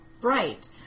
bright